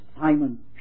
Simon